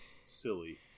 silly